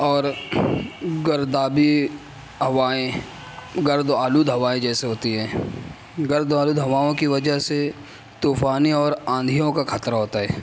اور گردابی ہوائیں گردآلود ہوائیں جیسے ہوتی ہیں گردآلود ہواؤں کی وجہ سے طوفانی اور آندھیوں کا خطرہ ہوتا ہے